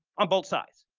on both sides,